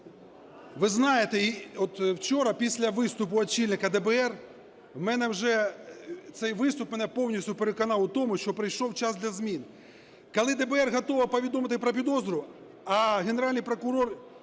Ви знаєте, і от вчора після виступу очільника ДБР, в мене вже… цей виступ мене повністю переконав у тому, що прийшов час для змін. Коли ДБР готова повідомити про підозру, а Генеральний прокурор